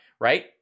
right